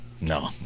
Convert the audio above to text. no